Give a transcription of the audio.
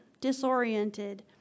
disoriented